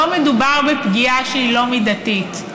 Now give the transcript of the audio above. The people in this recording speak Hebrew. לא מדובר בפגיעה שהיא לא מידתית.